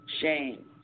shame